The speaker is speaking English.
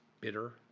bitter